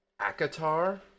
Akatar